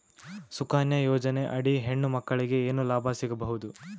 ಸುಕನ್ಯಾ ಯೋಜನೆ ಅಡಿ ಹೆಣ್ಣು ಮಕ್ಕಳಿಗೆ ಏನ ಲಾಭ ಸಿಗಬಹುದು?